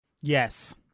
Yes